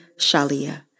Shalia